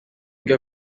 bwe